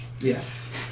Yes